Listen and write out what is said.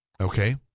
Okay